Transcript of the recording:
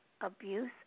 abuse